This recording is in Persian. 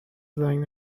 زنگ